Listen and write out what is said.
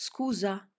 Scusa